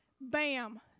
bam